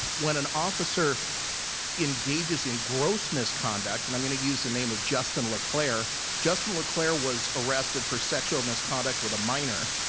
when an officer engages in gross misconduct, and i'm going to use the name of justin leclare, justin leclare was arrested for sexual misconduct with a minor,